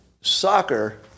soccer